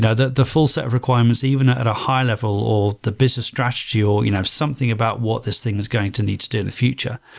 ah the the full set of requirements even at a higher level or the business strategy or you know something about what this thing is going to need to do in the future,